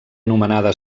anomenada